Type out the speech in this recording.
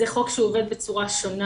זה חוק שעובד בצורה שונה.